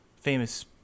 famous